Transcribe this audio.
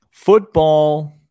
Football